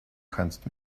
kannst